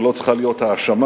ולא צריכה להיות האשמה